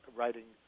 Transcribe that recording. writing